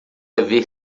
haver